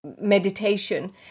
meditation